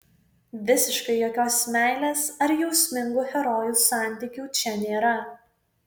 visiškai jokios meilės ar jausmingų herojų santykių čia nėra